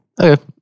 Okay